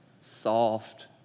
soft